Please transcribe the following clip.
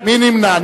מי נמנע?